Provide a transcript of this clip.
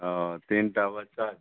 ओ तीन टा बच्चा